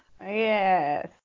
Yes